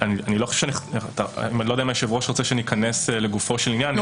אני לא יודע אם היושב-ראש שניכנס לגופו של עניין.